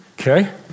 Okay